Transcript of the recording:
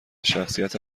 شخصیت